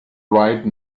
right